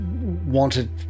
wanted